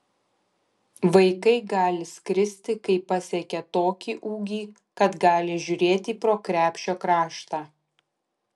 vaikai gali skristi kai pasiekia tokį ūgį kad gali žiūrėti pro krepšio kraštą